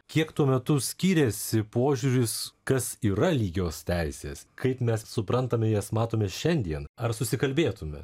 kiek tuo metu skyrėsi požiūris kas yra lygios teisės kaip mes suprantame jas matome šiandien ar susikalbėtume